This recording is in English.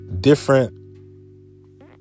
different